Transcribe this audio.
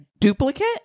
duplicate